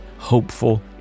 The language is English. Hopeful